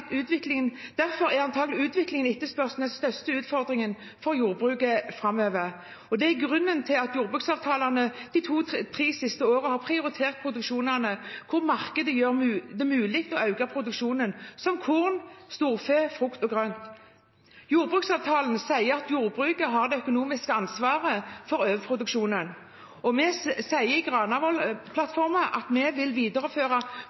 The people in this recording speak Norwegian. er grunnen til at jordbruksavtalene de to–tre siste årene har prioritert produksjonene hvor markedet gjør det mulig å øke produksjonen, som korn, storfe, frukt og grønt. Jordbruksavtalen sier at jordbruket har det økonomiske ansvaret for overproduksjonen. Og vi sier i Granavolden-plattformen at vi vil videreføre